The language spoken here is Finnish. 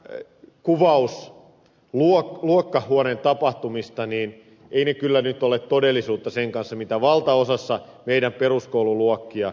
ukkolan kuvaus luokkahuoneen tapahtumista ei kyllä nyt ole sitä todellisuutta mikä valtaosassa meidän peruskoululuokkiamme on